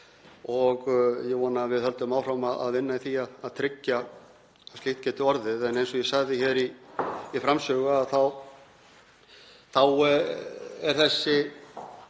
og ég vona að við höldum áfram að vinna í því að tryggja að slíkt geti orðið. Eins og ég sagði hér í framsögu þá er þessi